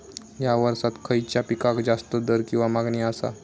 हया वर्सात खइच्या पिकाक जास्त दर किंवा मागणी आसा?